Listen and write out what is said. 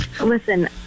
Listen